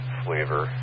flavor